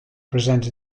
present